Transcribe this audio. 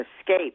escape